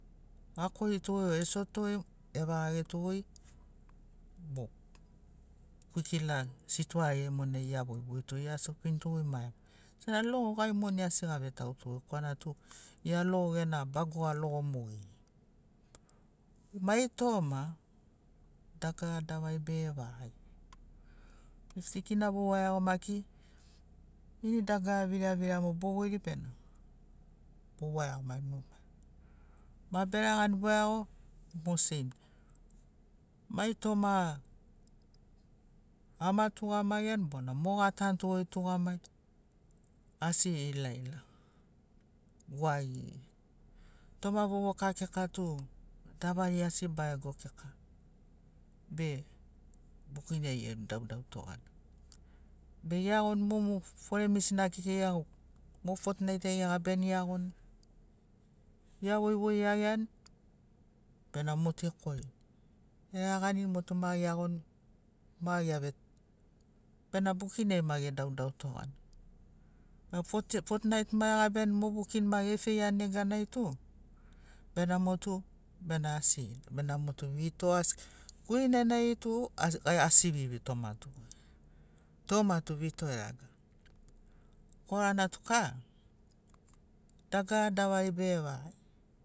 Akorito o e shotogoi evarageto goi mo kwikila sitoari ai monai evoivoito ea shopinto ma egenogoito sena logo gai moni asi gavetauto korana tu gia logo gena bagoa logo mogeri mai toma dagara davari bege varage fifti kina bowai iago maki ini dagara viravira mo bovoiri bena bowai iagomari numa beragani boeago mo seim ting mai toma ama tugamagiani bona mo gatanto tugamagi asi ilaila gwagigi toma vovoka kika tu davari asi barego kika be bukin ai edaudau togani be eagoni mu fore misina kekei eag mo fotnait ai egabiani eagoni ea voivoi iagiani bena mo tu ekorini eraganini mo tu ma eagoni ma eave bena bukin ai ma edaudau togani bena fotnait ma egabiani mo bukin ma efeiani neganai tu bena mo tu bena asigina bena mo tu vito asi guinenai tu gai asi gevitomato toma tu vito eragani korana tu kara dagara davari be varage